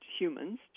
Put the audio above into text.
humans